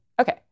okay